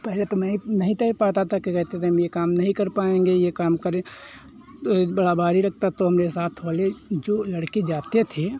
पहले तो मैं नहीं नहीं तैर पाता था तो कहते थे यह काम नहीं कर पाएँगे यह काम करे एक बड़ा भारी लगता तो हमारे साथ वाले जो लड़के जाते थे